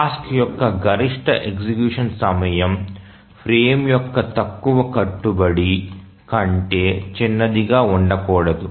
task యొక్క గరిష్ట execution సమయం ఫ్రేమ్ యొక్క తక్కువ కట్టుబడి కంటే చిన్నదిగా ఉండకూడదు